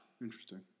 Interesting